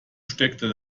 steckte